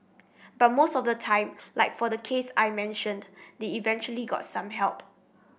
but most of the time like for the case I mentioned they eventually got some help